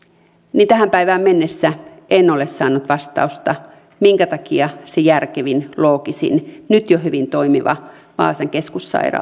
niin tähän päivään mennessä en ole saanut vastausta minkä takia ei valita sitä järkevintä loogisinta vaihtoehtoa minkä takia nyt jo hyvin toimivaa vaasan keskussairaalaa